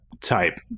type